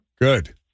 Good